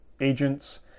agents